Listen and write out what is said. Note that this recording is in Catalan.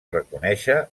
reconèixer